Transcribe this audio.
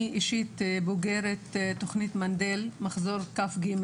אני אישית בוגרת תוכנית מנדל מחזור כ"ג,